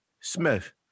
Smith